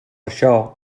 això